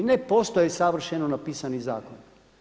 Ne postoji savršeno napisani zakon.